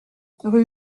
rue